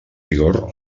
vigor